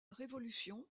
révolution